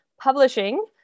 publishing